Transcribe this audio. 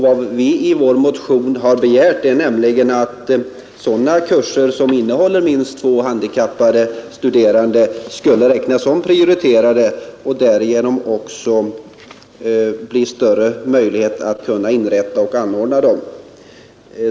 Vad som i vår motion har begärts är bara att sådana kurser som innehåller minst två handikappade studerande skulle räknas som prioriterade varigenom det skulle bli större möjlighet att anordna dem.